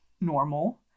normal